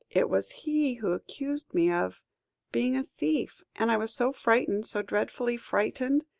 it was he who accused me of being a thief and i was so frightened, so dreadfully frightened,